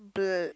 bl~